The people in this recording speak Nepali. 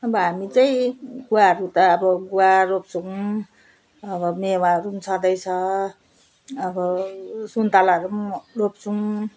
अब हामी चाहिँ गुवाहरू त अब गुवा रोप्छौँ अब मेवाहरू पनि छँदैछ अब सुन्तलाहरू पनि रोप्छौँ